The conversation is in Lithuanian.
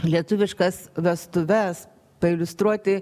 lietuviškas vestuves pailiustruoti